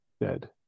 Dead